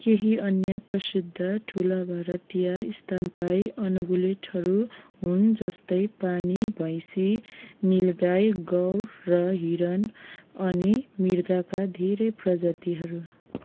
केही अन्य प्रसिद्ध ठुला भारतीय स्तनपायी अनगुलेटहरू हुन् जस्तै पानी भैँसी नीलगाई गौर र हिरण अनि मृगका धेरै प्रजातिहरू